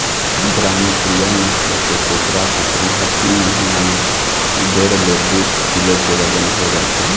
ग्रामप्रिया नसल के कुकरा कुकरी ह तीन महिना म डेढ़ ले दू किलो के बजन हो जाथे